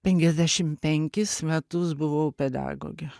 penkiasdešim penkis metus buvau pedagogė